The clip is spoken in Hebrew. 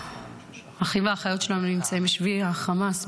האחים והאחיות שלנו נמצאים בשבי החמאס,